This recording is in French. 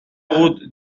route